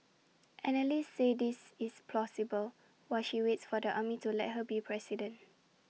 analysts say this is plausible while she waits for the army to let her be president